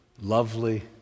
lovely